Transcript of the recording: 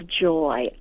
joy